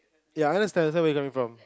ya I understand where you're coming from